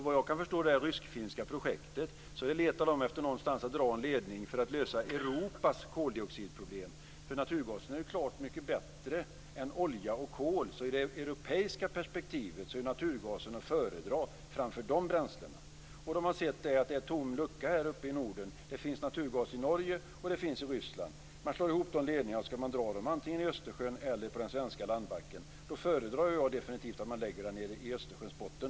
Vad jag kan förstå av det här rysk-finska projektet letar de efter någonstans att dra en ledning för att lösa Europas koldioxidproblem. För naturgasen är ju klart mycket bättre än olja och kol. Ur det europeiska perspektivet är alltså naturgasen att föredra framför dessa bränslen. Då har man sett att det finns en lucka här uppe i Norden. Det finns naturgas i Norge och det finns i Ryssland. Om man slår ihop de ledningarna kan man dra dem antingen i Östersjön eller på den svenska landbacken. Då föredrar jag definitivt att man lägger dem på Östersjöns botten.